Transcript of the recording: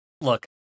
look